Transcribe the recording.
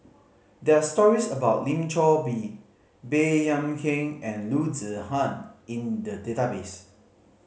there are stories about Lim Chor Pee Baey Yam Keng and Loo Zihan in the database